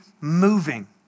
moving